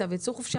צו יצור חופשי,